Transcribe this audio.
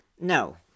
No